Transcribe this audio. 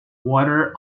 water